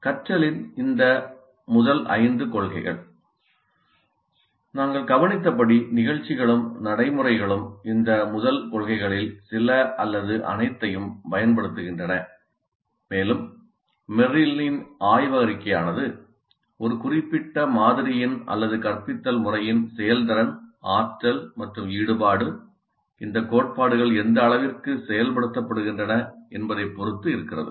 கற்றலின் இந்த ஐந்து முதல் கொள்கைகள் நாங்கள் கவனித்தபடி நிகழ்ச்சிகளும் நடைமுறைகளும் இந்த முதல் கொள்கைகளில் சில அல்லது அனைத்தையும் பயன்படுத்துகின்றன மேலும் மெர்ரலின் ஆய்வறிக்கையானது ஒரு குறிப்பிட்ட மாதிரியின் அல்லது கற்பித்தல் முறையின் செயல்திறன் ஆற்றல் மற்றும் ஈடுபாடு இந்த கோட்பாடுகள் எந்த அளவிற்கு செயல்படுத்தப்படுகின்றன என்பதை பொருத்து இருக்கிறது